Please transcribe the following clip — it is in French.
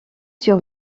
sur